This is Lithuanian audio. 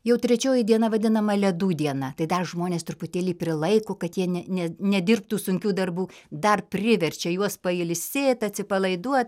jau trečioji diena vadinama ledų diena tai dar žmonės truputėlį prilaiko kad jie ne ne nedirbtų sunkių darbų dar priverčia juos pailsėt atsipalaiduot